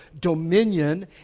dominion